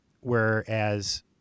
whereas